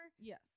yes